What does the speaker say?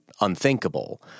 unthinkable